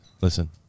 Listen